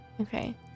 Okay